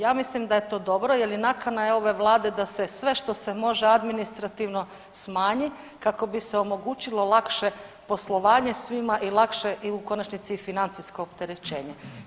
Ja mislim da je to dobro jer i nakana je ove vlade da se sve što se može administrativno smanji kako bi se omogućilo lakše poslovanje svima i lakše i u konačnici i financijsko opterećenje.